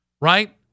Right